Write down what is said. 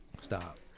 Stop